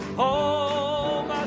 home